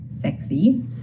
Sexy